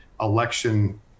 election